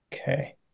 Okay